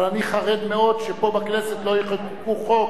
אבל אני חרד מאוד שפה בכנסת לא יחוקקו חוק